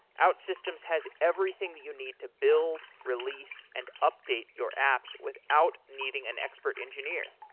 outsystems has everything that you need to build, release and update your apps without needing an expert engineer.